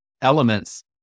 elements